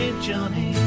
Johnny